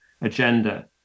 agenda